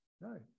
no